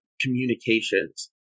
communications